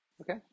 Okay